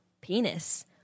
penis